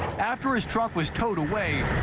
after his truck was towed away.